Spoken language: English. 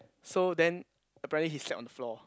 so then apparently he slept on the floor